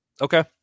Okay